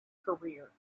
career